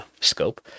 scope